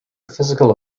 physical